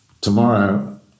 tomorrow